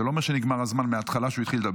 זה לא אומר שנגמר הזמן מההתחלה, כשהוא התחיל לדבר.